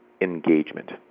Engagement